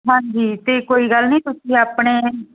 ਹਾਂਜੀ ਅਤੇ ਕੋਈ ਗੱਲ ਨਹੀਂ ਤੁਸੀਂ ਆਪਣੇ